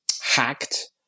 hacked